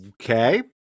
okay